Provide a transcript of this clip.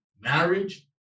marriage